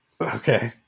Okay